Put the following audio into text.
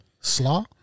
Slaw